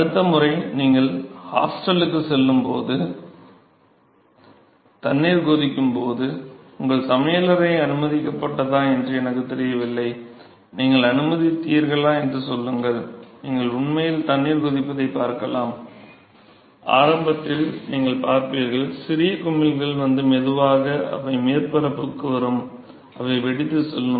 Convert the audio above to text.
அடுத்த முறை நீங்கள் உங்கள் ஹாஸ்டலுக்குச் செல்லும் போது தண்ணீர் கொதிக்கும் போது உங்கள் சமையலறை அனுமதிக்கப்பட்டதா என்று எனக்குத் தெரியவில்லை நீங்கள் அனுமதித்தீர்களா என்று சொல்லுங்கள் நீங்கள் உண்மையில் தண்ணீர் கொதிப்பதைப் பார்க்கலாம் ஆரம்பத்தில் நீங்கள் பார்ப்பீர்கள் சிறிய குமிழ்கள் வந்து மெதுவாக அவை மேற்பரப்புக்கு வரும் அவை வெடித்துச் செல்லும்